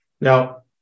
Now